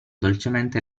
dolcemente